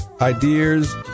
ideas